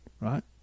right